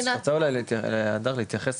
את רוצה אולי הדר להתייחס,